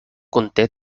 conté